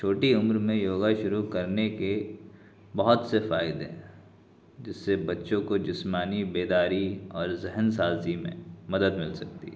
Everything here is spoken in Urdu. چھوٹی عمر میں یوگا شروع کرنے کے بہت سے فائدے ہیں جس سے بچوں کو جسمانی بیداری اور ذہن سازی میں مدد مل سکتی ہے